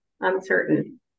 Uncertain